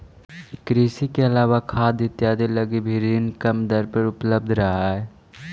कृषि के अलावा खाद इत्यादि लगी भी ऋण कम दर पर उपलब्ध रहऽ हइ